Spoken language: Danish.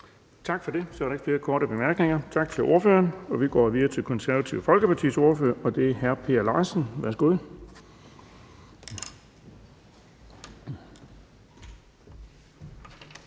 ordføreren. Der er ikke flere korte bemærkninger, så vi går videre til Det Konservative Folkepartis ordfører, og det er hr. Per Larsen. Værsgo.